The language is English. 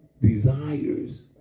desires